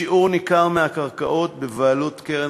שיעור ניכר מהקרקעות בבעלות הקרן